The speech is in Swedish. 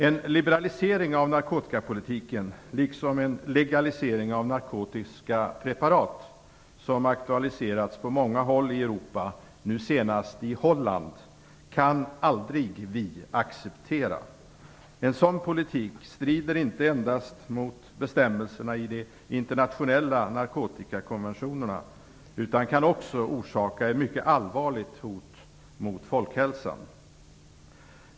En liberalisering av narkotikapolitiken, liksom en legalisering av narkotiska preparat som aktualiserats på många håll i Europa - nu senast i Holland - kan vi aldrig acceptera. En sådan politik strider inte endast mot bestämmelserna i de internationella narkotikakonventionerna utan kan också orsaka ett mycket allvarligt hot mot folkhälsan.